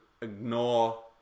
ignore